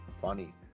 funny